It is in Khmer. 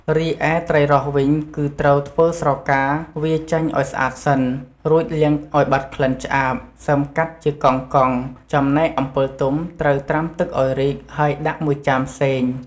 រីឯត្រីរ៉ស់វិញគឺត្រូវធ្វើស្រកាវាចេញឱ្យស្អាតសិន រួចលាងឲ្យបាត់ក្លិនឆ្អាប សិមកាត់ជាកង់ៗ ចំណែកអំពិលទុំត្រូវត្រាំទឹកឱ្យរីក ហើយដាក់មួយចានផ្សេង ។